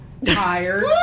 tired